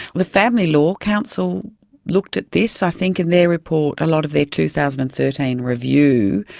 the family law council looked at this i think in their report. a lot of their two thousand and thirteen review,